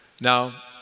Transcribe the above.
Now